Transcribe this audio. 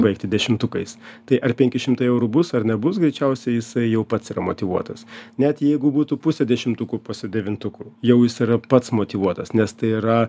baigti dešimtukais tai ar penki šimtai eurų bus ar nebus greičiausiai jisai jau pats yra motyvuotas net jeigu būtų pusė dešimtukų pusė devintukų jau jis yra pats motyvuotas nes tai yra